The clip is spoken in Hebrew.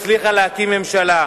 אבל היא לא הצליחה להקים ממשלה.